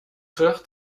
terug